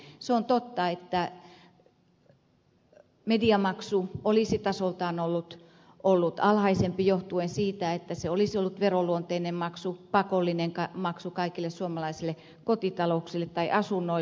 se on totta että mediamaksu olisi tasoltaan ollut alhaisempi johtuen siitä että se olisi ollut veroluonteinen maksu pakollinen maksu kaikille suomalaisille kotitalouksille tai asunnoille